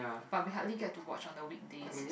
but we hardly get to watch on the weekdays